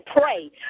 pray